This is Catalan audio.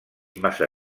massa